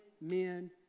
men